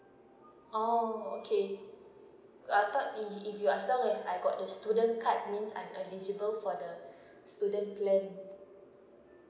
orh okay I thought if if you as well as I got a student card means I'm eligible for the student plan